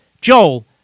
Joel